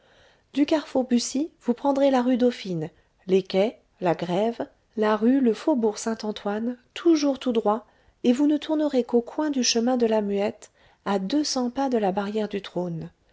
du carrefour buci vous prendrez la rue dauphine les quais la grève la rue le faubourg saint-antoine toujours tout droit et vous ne tournerez qu'au coin du chemin de la muette à deux cents pas de la barrière du trône